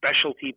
specialty